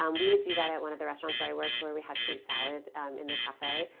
um we would do that at one of the restaurants where i worked where we had fruit salad in the cafe.